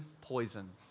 poison